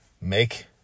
make